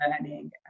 learning